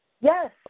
yes